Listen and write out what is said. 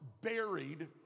buried